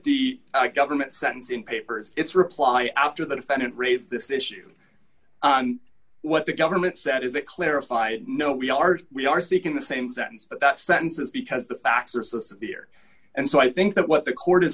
the government sentencing papers it's reply after the defendant raised this issue what the government said is that clarified no we are we are speaking the same sentence but that sentence is because the facts are so severe and so i think that what the court is